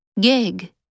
Gig